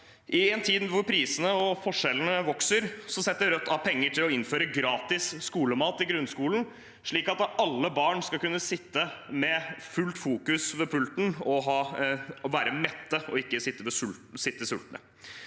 I en tid da prisene og forskjellene vokser, setter Rødt av penger til å innføre gratis skolemat i grunnskolen, slik at alle barn skal kunne sitte fullt fokuserte ved pulten og være mette – ikke sitte sultne.